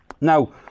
now